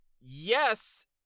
Yes